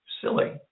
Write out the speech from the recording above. silly